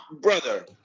brother